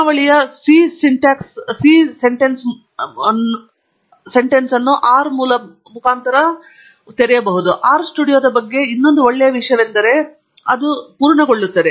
ಪ್ರಶ್ನಾವಳಿಯ C ವಾಕ್ಯವನ್ನು R ಮೂಲಭೂತವಾಗಿ ಸಹಾಯವನ್ನು ತರುತ್ತದೆ ಮತ್ತು ಆರ್ ಸ್ಟುಡಿಯೋದ ಬಗ್ಗೆ ಒಳ್ಳೆಯ ವಿಷಯವೆಂದರೆ ಅದು ಪೂರ್ಣಗೊಳ್ಳುತ್ತದೆ